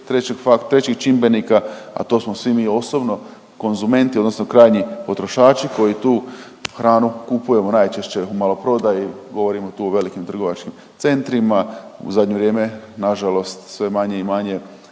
trećih čimbenika, a to smo svi mi osobno, konzumenti odnosno krajnji potrošači koji tu hranu kupujemo najčešće u maloprodaji. Govorimo tu o velikim trgovačkim centrima. U zadnje vrijeme na žalost sve manje i manje